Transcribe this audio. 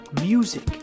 music